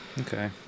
Okay